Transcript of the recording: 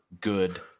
good